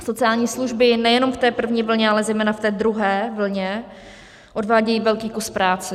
Sociální služby nejenom v té první vlně, ale zejména v té druhé vlně odvádějí velký kus práce.